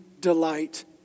delight